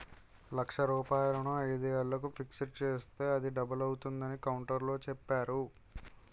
లక్ష రూపాయలను ఐదు ఏళ్లకు ఫిక్స్ చేస్తే అది డబుల్ అవుతుందని కౌంటర్లో చెప్పేరు